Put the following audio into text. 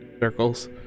circles